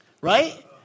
right